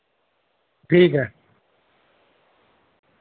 ٹھیک ہے